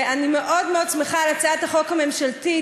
ואני מאוד מאוד שמחה על הצעת החוק הממשלתית,